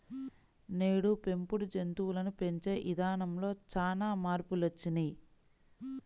నేడు పెంపుడు జంతువులను పెంచే ఇదానంలో చానా మార్పులొచ్చినియ్యి